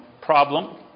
problem